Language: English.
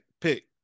Pick